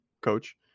coach